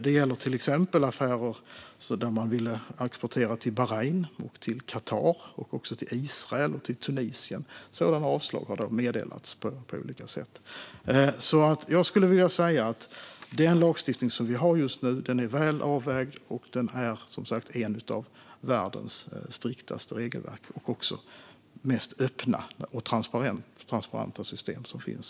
Det gäller till exempel affärer där man har velat exportera till Bahrain och Qatar, liksom till Israel och Tunisien. Sådana avslag har meddelats på olika sätt. Jag skulle alltså vilja säga att den lagstiftning vi har just nu är väl avvägd, och det är som sagt ett av världens striktaste regelverk. Det är också ett av de mest öppna och transparenta system som finns.